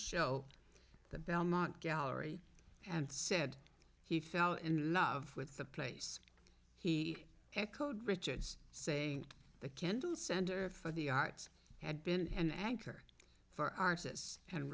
show the belmont gallery and said he fell in love with the place he echoed richard's saying the kendall center for the arts had been an anchor for artists and